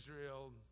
Israel